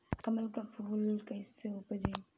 कमल के फूल कईसे उपजी?